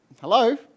Hello